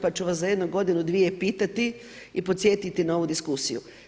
Pa ću vas za jedno godinu, dvije pitati i podsjetiti na ovu diskusiju.